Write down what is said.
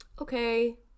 okay